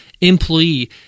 employee